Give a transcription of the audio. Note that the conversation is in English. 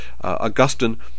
augustine